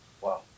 Wow